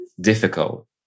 difficult